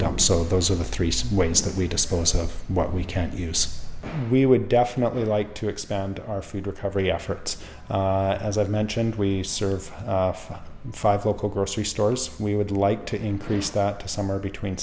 dumps so those are the three some ways that we dispose of what we can't use we would definitely like to expand our food recovery efforts as i mentioned we serve five five local grocery stores we would like to increase that to summer between